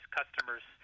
customers